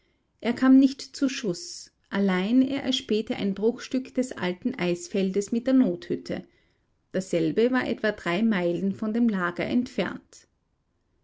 er kam nicht zu schuß allein er erspähte ein bruchstück des alten eisfeldes mit der nothütte dasselbe war etwa drei meilen von dem lager entfernt